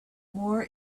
war